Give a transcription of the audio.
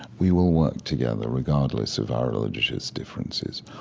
we will work together regardless of our religious differences.